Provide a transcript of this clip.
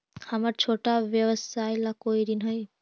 हमर छोटा व्यवसाय ला कोई ऋण हई?